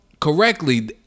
Correctly